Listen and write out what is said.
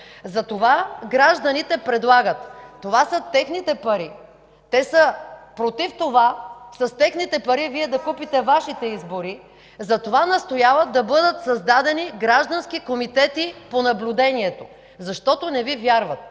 Затова гражданите предлагат – това са техните пари и те са против това с техните пари Вие да купите Вашите избори, настояват да бъдат създадени граждански комитети по наблюдението, защото не Ви вярват,